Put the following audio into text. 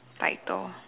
white door